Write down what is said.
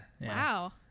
wow